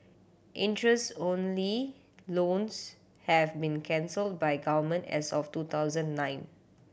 interest only loans have been cancelled by Government as of two thousand nine